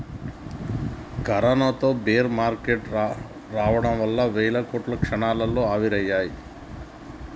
కరోనాతో bear market రావడం వల్ల వేల కోట్లు క్షణాల్లో ఆవిరయ్యాయి